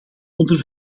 onder